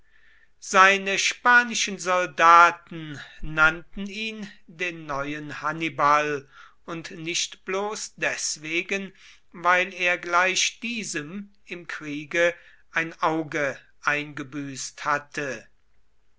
seine spanischen soldaten nannten ihn den neuen hannibal und nicht bloß deswegen weil er gleich diesem im kriege ein auge eingebüßt hatte